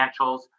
financials